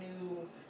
new